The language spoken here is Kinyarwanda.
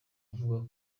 avuga